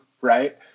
right